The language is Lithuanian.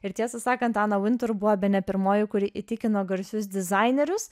ir tiesą sakant ana vintur buvo bene pirmoji kuri įtikino garsius dizainerius